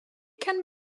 can